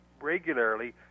regularly